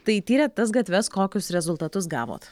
tai tyrėt tas gatves kokius rezultatus gavot